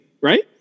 right